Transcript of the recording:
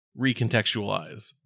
Recontextualize